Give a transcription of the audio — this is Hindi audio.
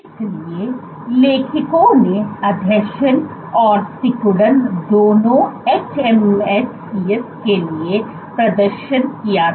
इसलिए लेखकों ने आसंजन और सिकुड़न दोनों hMSCs के लिए प्रदर्शन किया था